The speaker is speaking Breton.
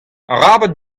arabat